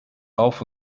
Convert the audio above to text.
auf